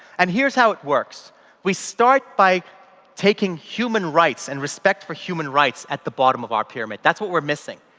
and here's how it works we start by taking human rights and respect for human rights at the bottom of our pyramid. that's what we're missing,